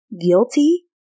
guilty